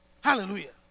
Hallelujah